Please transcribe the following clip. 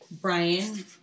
brian